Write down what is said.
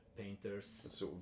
painters